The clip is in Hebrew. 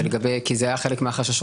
כי זה היה חלק מהחששות,